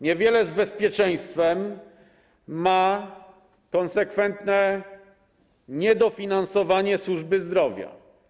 Niewiele wspólnego z bezpieczeństwem ma konsekwentne niedofinansowanie służby zdrowia.